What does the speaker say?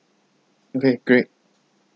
okay great